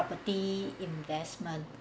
~perty investment